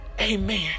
amen